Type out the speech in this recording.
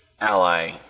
ally